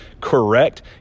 correct